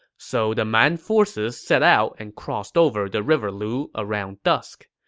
so the man forces set out and crossed over the river lu around dusk.